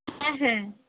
হ্যাঁ হ্যাঁ